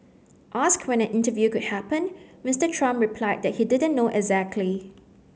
asked when an interview could happen Mister Trump replied that he didn't know exactly